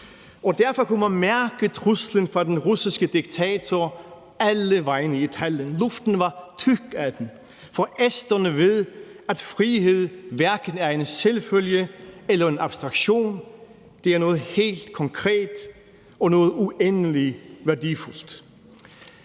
og derfor kunne man mærke truslen fra den russiske diktator alle vegne i Tallinn. Luften var tyk af den, for esterne ved, at frihed hverken er en selvfølge eller en abstraktion; det er noget helt konkret og noget uendelig værdifuldt.